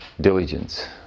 diligence